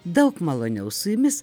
daug maloniau su jumis